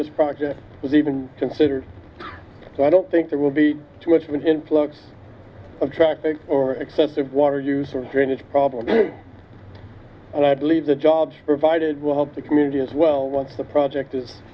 this project was even considered so i don't think there will be too much of an influx of traffic or excessive water usage drainage problem there and i believe the job provided will help the community as well once the project is